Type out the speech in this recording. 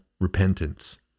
repentance